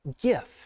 gift